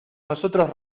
nosotros